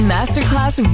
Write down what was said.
Masterclass